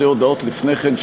שתי הודעות לפני כן,